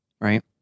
right